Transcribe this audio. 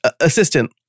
assistant